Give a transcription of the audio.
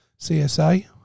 CSA